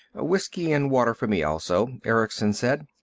whiskey and water for me, also, erickson said.